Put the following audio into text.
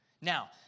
Now